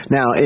Now